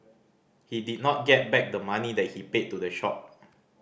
he did not get back the money that he paid to the shop